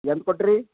ಏನು ಕೊಟ್ರಿ